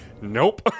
Nope